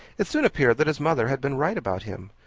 it soon appeared that his mother had been right about him,